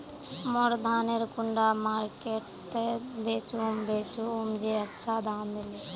मोर धानेर कुंडा मार्केट त बेचुम बेचुम जे अच्छा दाम मिले?